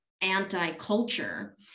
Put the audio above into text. anti-culture